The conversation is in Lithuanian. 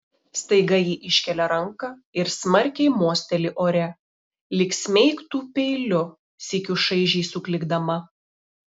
staiga ji iškelia ranką ir smarkiai mosteli ore lyg smeigtų peiliu sykiu šaižiai suklykdama